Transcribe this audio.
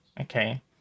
Okay